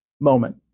moment